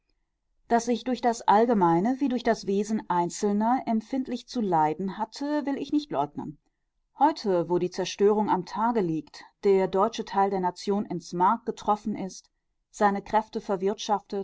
daß ich durch das allgemeine wie durch das wesen einzelner empfindlich zu leiden hatte will ich nicht leugnen heute wo die zerstörung am tage liegt der deutsche teil der nation ins mark getroffen ist seine kräfte